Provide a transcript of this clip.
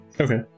Okay